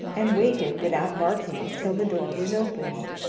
and waited without barking till the door was opened.